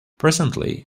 presently